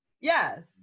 yes